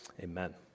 amen